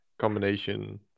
combination